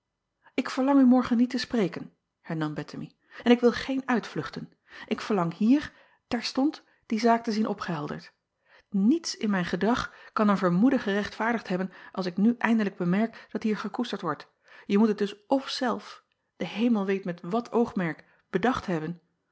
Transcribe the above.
k verlang u morgen niet te spreken hernam ettemie en ik wil geen uitvluchten k verlang hier terstond die zaak te zien opgehelderd iets in mijn gedrag kan een vermoeden gerechtvaardigd hebben als ik nu eindelijk bemerk dat hier gekoesterd wordt je moet het dus f zelf de emel weet met wat oogmerk bedacht hebben